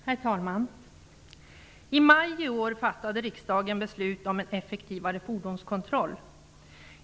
Herr talman! I maj i år fattade riksdagen beslut om en effektivare fordonskontroll.